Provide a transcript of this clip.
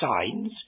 signs